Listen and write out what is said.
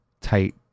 tight